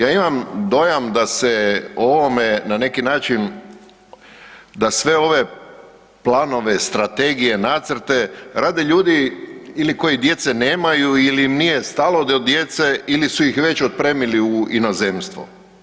Ja imam dojam da se o ovome na neki način, da sve ove planove, strategije, nacrte rade ljudi ili koji djece nemaju ili im nije stalo do djece ili su ih već otpremili u inozemstvo.